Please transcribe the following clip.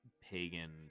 pagan